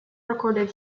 recorded